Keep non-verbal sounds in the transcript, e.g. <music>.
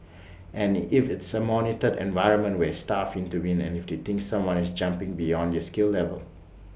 <noise> and if it's A monitored environment where staff intervene and if they think someone is jumping beyond their skill level